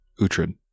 Utrid